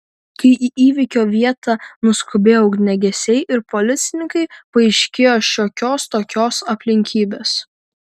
kai į įvykio vietą nuskubėjo ugniagesiai ir policininkai paaiškėjo šiokios tokios aplinkybės